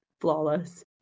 flawless